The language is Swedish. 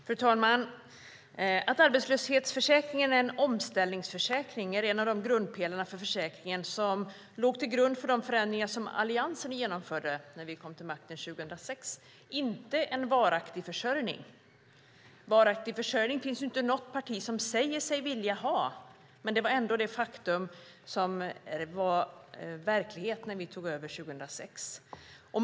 Fru talman! Att arbetslöshetsförsäkringen är en omställningsförsäkring är en av grundpelarna för försäkringen som låg till grund för de förändringar Alliansen genomförde när vi kom till makten 2006. Den ska inte vara en varaktig försörjning. Det finns inte något parti som säger sig vilja ha en varaktig försörjning, men det var ändå verklighet när vi tog över 2006.